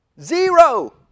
Zero